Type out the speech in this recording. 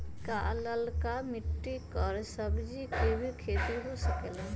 का लालका मिट्टी कर सब्जी के भी खेती हो सकेला?